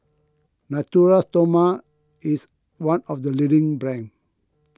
Natura Stoma is one of the leading brands